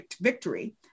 victory